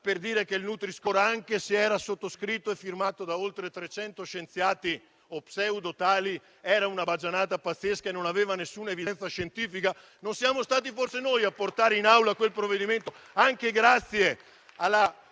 per dire che il nutri-score, anche se era sottoscritto e firmato da oltre 300 scienziati o pseudotali, era una baggianata pazzesca e non aveva alcuna evidenza scientifica? Non siamo stati forse noi a portare in Aula quel provvedimento, anche grazie alla